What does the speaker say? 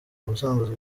ubusanzwe